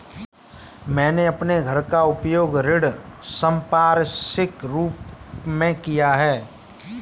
मैंने अपने घर का उपयोग ऋण संपार्श्विक के रूप में किया है